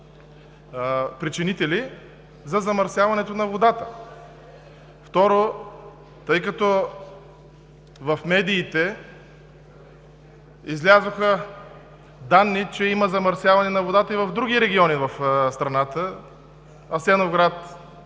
причинители за замърсяването на водата. Второ, тъй като в медиите излязоха данни, че има замърсяване на водата и в други региони на страната – Асеновград,